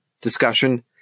discussion